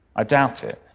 i doubt it.